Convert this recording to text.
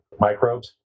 microbes